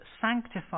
sanctify